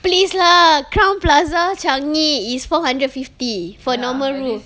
please lah crowne plaza changi is four hundred fifty for normal room